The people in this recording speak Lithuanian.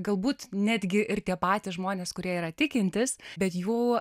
galbūt netgi ir tie patys žmonės kurie yra tikintys bet jų